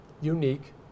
unique